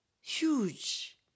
huge